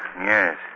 yes